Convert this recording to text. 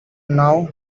now